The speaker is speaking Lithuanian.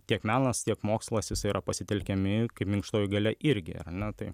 tiek menas tiek mokslas jisai yra pasitelkiami kaip minkštoji galia irgi ar ne tai